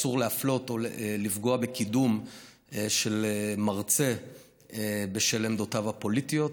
3. אסור להפלות או לפגוע בקידום של מרצה בשל עמדותיו הפוליטיות,